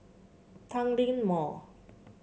Tanglin Mall